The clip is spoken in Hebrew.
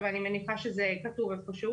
שאנחנו למעשה משליכים לסביבה רק כי יקר לנו לתקן אותם.